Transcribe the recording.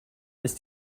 ist